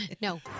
No